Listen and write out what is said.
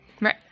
Right